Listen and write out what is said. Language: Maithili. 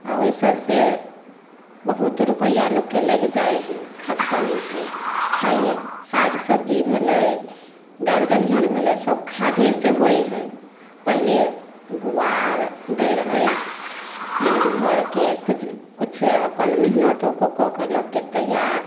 आ ओहि सभसे बहुत रुपैआ लोकके लागि जाइ हइ खाद पानि से खाइ हइ साग सब्जी भेलै दालि दलिहन भेलै सभ खादे से होइ हइ पहिले गुआर दै रहै फेर घरके खुच किछु अपन मेहनतो कऽ कऽ कऽ लोकके तहिया